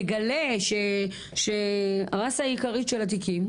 נגלה שרוב העיקרית של התיקים,